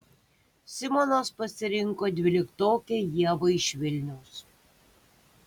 simonas pasirinko dvyliktokę ievą iš vilniaus